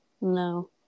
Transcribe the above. no